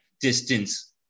distance